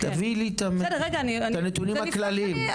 תביאי לי את הנתונים הכללים.